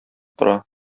тора